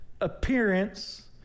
appearance